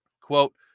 Quote